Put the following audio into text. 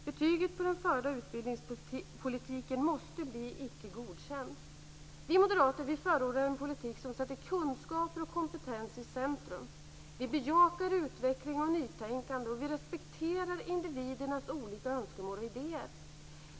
Betyget på den förda utbildningspolitiken måste bli Icke godkänd. Vi moderater förordar en politik som sätter kunskaper och kompetens i centrum. Vi bejakar utveckling och nytänkande, och vi respekterar individernas olika önskemål och idéer.